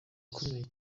akomeye